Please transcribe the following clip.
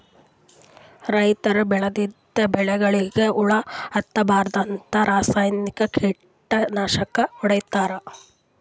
ರೈತರ್ ಬೆಳದಿದ್ದ್ ಬೆಳಿಗೊಳಿಗ್ ಹುಳಾ ಹತ್ತಬಾರ್ದ್ಂತ ರಾಸಾಯನಿಕ್ ಕೀಟನಾಶಕ್ ಹೊಡಿತಾರ್